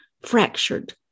fractured